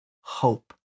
hope